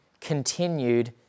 continued